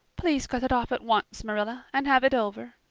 please cut it off at once, marilla, and have it over.